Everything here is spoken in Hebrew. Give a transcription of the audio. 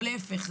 ולא להפך.